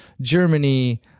Germany